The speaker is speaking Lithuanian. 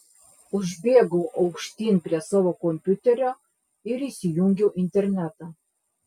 užbėgau aukštyn prie savo kompiuterio ir įsijungiau internetą